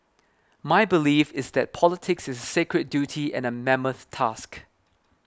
my belief is that politics is a secret duty and a mammoth task